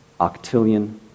octillion